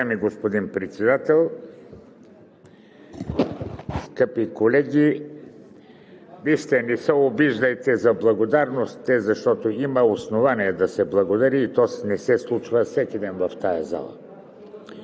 Уважаеми господин Председател, скъпи колеги! Вижте, не се обиждайте, за благодарност е, защото има основание да се благодари, и то не се случва всеки ден в тази зала.